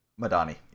Madani